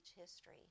history